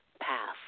path